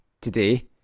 today